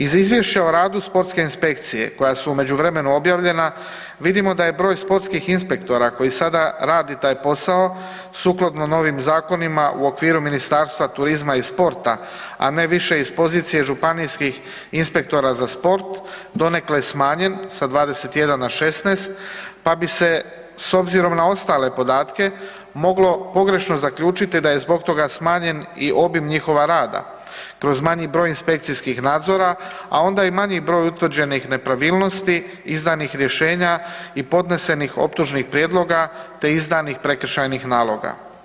Iz izvješća o radu sportske inspekcije koja su u međuvremenu objavljena vidimo da je broj sportskih inspektora koji sada radi taj posao sukladno novim zakonima u okviru Ministarstva turizma i sporta, a ne više iz pozicije županijski inspektora za sport donekle smanjen sa 21 na 16 pa bi se s obzirom na ostale podatke moglo pogrešno zaključiti da je zbog toga smanjen i obim njihova rada kroz manji broj inspekcijskih nadzora, a onda i manji broj utvrđenih nepravilnosti izdanih rješenja i podnesenih optužnih prijedloga te izdanih prekršajnih naloga.